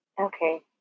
Okay